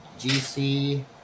GC